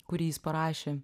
kurį jis parašė